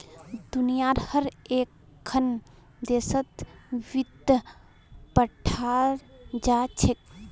दुनियार हर एकखन देशत वित्त पढ़ाल जा छेक